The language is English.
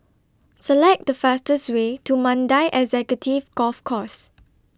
Select The fastest Way to Mandai Executive Golf Course